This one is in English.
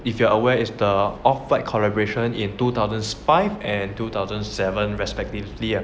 if you are aware is the off white collaboration in two thousand five and two thousand seven respectively